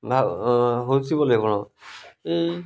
ହେଉଛି ବୋଲି କ'ଣ ଏଇ